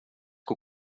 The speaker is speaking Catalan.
que